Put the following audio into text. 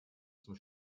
zum